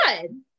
good